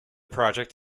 project